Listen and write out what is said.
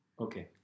Okay